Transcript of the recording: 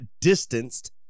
distanced